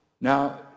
Now